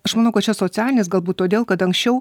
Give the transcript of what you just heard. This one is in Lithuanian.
aš manau kad čia socialinis galbūt todėl kad anksčiau